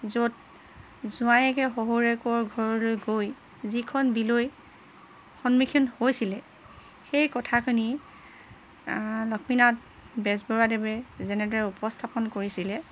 য'ত জোঁৱায়েকে শহুৰেকৰ ঘৰলৈ গৈ যিখন বিলৈ সন্মুখীন হৈছিলে সেই কথাখিনি লক্ষ্মীনাথ বেজবৰুৱাদেৱে যেনেদৰে উপস্থাপন কৰিছিলে